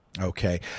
Okay